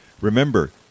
Remember